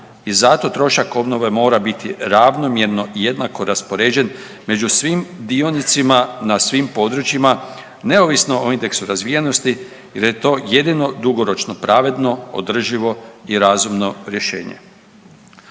i zato trošak obnove mora biti ravnomjerno i jednako raspoređen među svim dionicima na svim područjima neovisno o indeksu razvijenosti jer je to jedino dugoročno, pravedno, održivo i razumno rješenje.